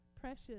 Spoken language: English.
Precious